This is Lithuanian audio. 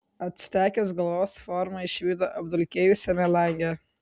actekės galvos formą išvydo apdulkėjusiame lange